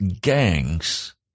gangs